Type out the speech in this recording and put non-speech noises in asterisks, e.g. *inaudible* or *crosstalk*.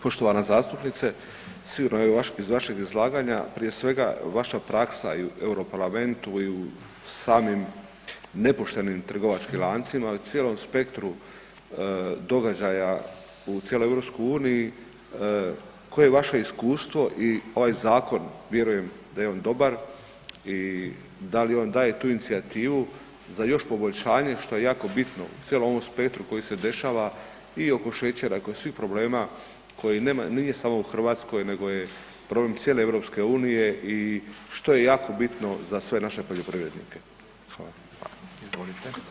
Poštovana zastupnice, ... *unintelligible* iz vašeg izlaganja prije svega vaša praksa i u Euro parlamentu i u samim nepoštenim trgovačkim lancima u cijelom spektru događaja u cijeloj EU, koje je vaše iskustvo i ovaj zakon, vjerujem da je on dobar i da li on daje tu inicijativu za još poboljšanje što je jako bitno u cijelom ovom spektru koji se dešava i oko šećera i oko svih problema koji nije samo u Hrvatskoj nego je problem cijele EU i što je jako bitno za sve naše poljoprivrednike.